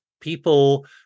people